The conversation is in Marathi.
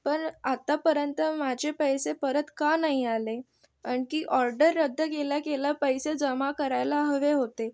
पर आतापर्यंत माझे पैसे परत का नाही आले आणि ती ऑर्डर रद्द केल्याकेल्या पैसे जमा करायला हवे होते